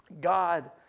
God